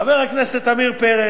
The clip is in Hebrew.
חבר הכנסת עמיר פרץ,